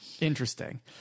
Interesting